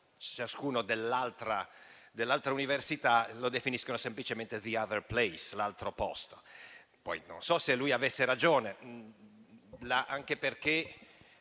ciascuno dell'altra università, la definiscono semplicemente *the other place*, l'altro posto. Non so se lui avesse ragione, anche perché